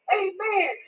amen